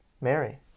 Mary